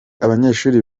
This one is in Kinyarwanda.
abanyeshuri